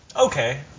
Okay